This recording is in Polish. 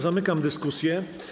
Zamykam dyskusję.